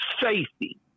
safety